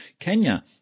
Kenya